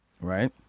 Right